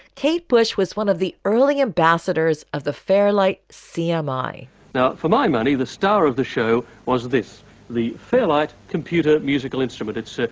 kate bush was one of the early ambassadors of the fairlight cmi now for my money. the star of the show was this the fairlight computer musical instruments,